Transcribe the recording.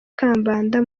kambanda